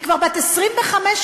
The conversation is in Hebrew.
היא כבר בת 25 היום,